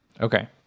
Okay